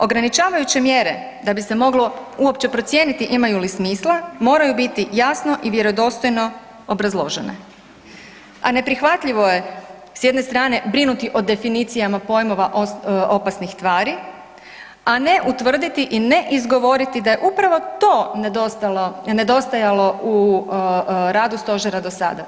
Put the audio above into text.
Ograničavajuće mjere da bi se moglo uopće procijeniti imaju li smisla, moraju biti jasno i vjerodostojno obrazložene, a neprihvatljivo je s jedne strane brinuti o definicijama pojmova „opasnih tvari“ a ne utvrditi i ne izgovoriti da je upravo to nedostajalo u radu Stožera do sada.